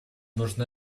нужны